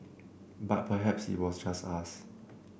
but perhaps it was just us